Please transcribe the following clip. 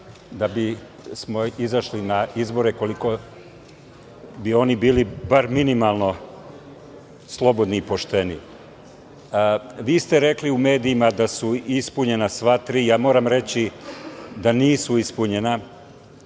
da bismo izašli na izbore, ukoliko bi oni bili bar minimalno slobodni i pošteni. Vi ste rekli u medijima da su ispunjena sva tri, ja moram reći da nisu ispunjena.